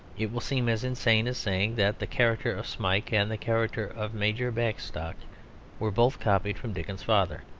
it will seem as insane as saying that the character of smike and the character of major bagstock were both copied from dickens's father.